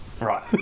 right